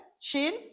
Shin